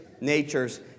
natures